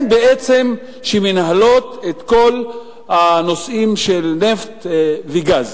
בעצם שמנהלות את כל הנושאים של נפט וגז.